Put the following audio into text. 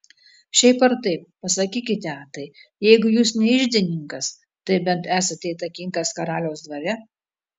šiaip ar taip pasakykite atai jeigu jūs ne iždininkas tai bent esate įtakingas karaliaus dvare